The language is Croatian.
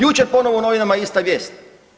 Jučer ponovo u novinama ista vijest.